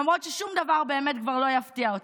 למרות ששום דבר באמת כבר לא יפתיע אותי.